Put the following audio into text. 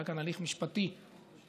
היה כאן הליך משפטי, יותר.